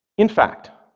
in fact,